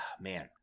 man